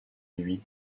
lui